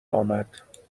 امد